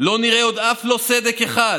לא נראה עוד אף לא סדק אחד.